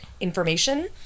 information